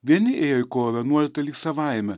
vieni ėjo į kovo vienuolitą lyg savaime